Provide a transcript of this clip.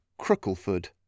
Crookleford